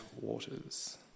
waters